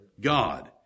God